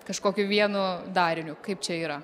kažkokiu vienu dariniu kaip čia yra